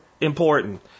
important